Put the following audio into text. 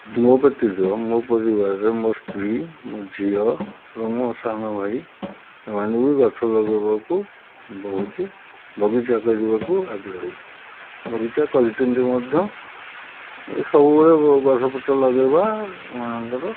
ମୋ ବ୍ୟତୀତ ମୋ ପରିବାରରେ ମୋ ସ୍ତ୍ରୀ ମୋ ଝିଅ ଏବଂ ମୋ ସାନ ଭାଇ ଏମାନେ ବି ଗଛ ଲଗାଇବାକୁ ବହୁତ ବଗିଚା କରିବାକୁ ଆଗ୍ରହୀ ବଗିଚା କରିଛନ୍ତି ମଧ୍ୟ ସବୁବେଳେ ଗଛ ପତ୍ର ଲଗାଇବା ଏମାନଙ୍କର